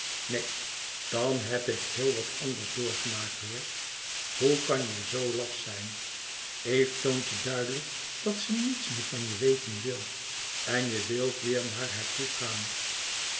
neen dan heb ik heel wat anders doorgemaakt hoor hoe kan je zoo laf zijn eve toont je duidelijk dat ze niets meer van je weten wil en je wilt weêr naar haar toe gaan